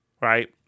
right